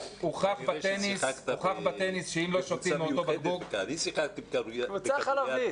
אני שיחקתי בכדוריד.